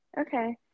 Okay